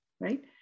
right